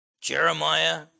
Jeremiah